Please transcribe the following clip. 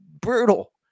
brutal